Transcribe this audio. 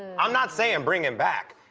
i'm not saying bring him back.